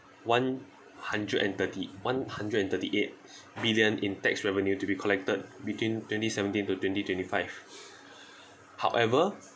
one hundred and thirty one hundred and thirty eight million in tax revenue to be collected between twenty seventeen to twenty twenty five however